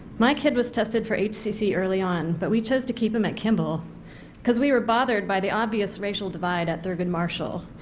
my kid was tested for hcc early on, but we chose to keep them at kimball because we were bothered by the obvious racial divide at thurgood marshall.